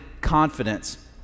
confidence